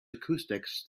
acoustics